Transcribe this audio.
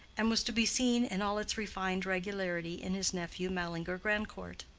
and was to be seen in all its refined regularity in his nephew mallinger grandcourt.